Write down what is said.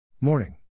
Morning